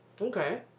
okay